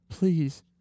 Please